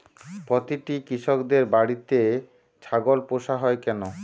প্রতিটি কৃষকদের বাড়িতে ছাগল পোষা হয় কেন?